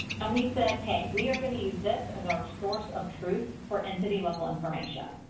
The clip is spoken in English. and we said, hey, we are going to use this as our source of truth for entity-level information.